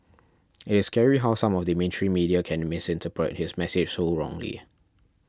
it is scary how some of the mainstream media can misinterpret his message so wrongly